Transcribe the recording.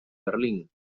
berlín